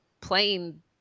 playing